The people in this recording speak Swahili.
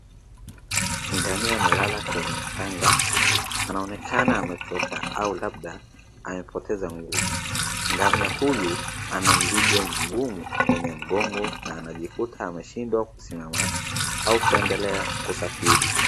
Ngamia amelala kwenye mchanga anaonekana amechoka au labda amepoteza nguvu. Ngamia huyu ana mzigo mgumu kwenye mgongo na anajikuta ameshindwa kusimama au kuendelea kusafiri.